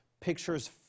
pictures